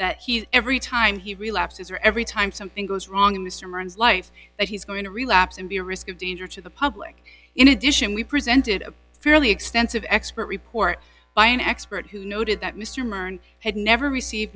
that every time he relapses or every time something goes wrong in this room or in life that he's going to relapse and be a risk of danger to the public in addition we presented a fairly extensive expert report by an expert who noted that mr mern had never received